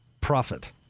profit